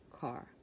car